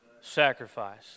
sacrifice